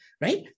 right